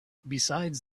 besides